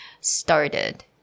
started